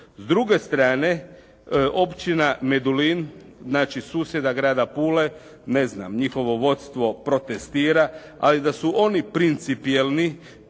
S druge strane, općina Medulin, znači susjeda grada Pule, ne znam njihovo vodstvo protestira. Ali da su oni principijelni